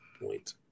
point